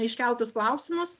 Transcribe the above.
iškeltus klausimus